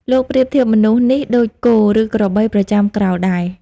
លោកប្រៀបធៀបមនុស្សនេះដូចគោ ឬក្របីប្រចាំក្រោលដែរ ។